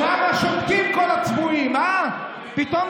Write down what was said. שם שותקים כל הצבועים, אה?